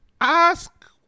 Ask